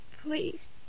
Please